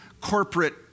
corporate